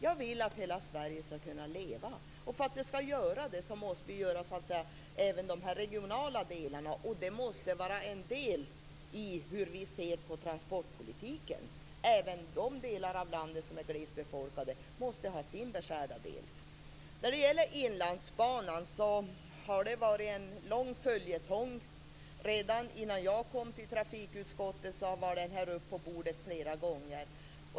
Jag vill att hela Sverige skall kunna leva. Och för att det skall göra det så måste vi klara av även de regionala delarna, och de måste vara en del av hur vi ser på transportpolitiken. Även de delar av landet som är glest befolkade måste ha sin beskärda del. När det gäller Inlandsbanan har det varit en lång följetong om den. Redan innan jag kom till trafikutskottet var den här frågan uppe på bordet flera gånger.